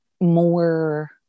more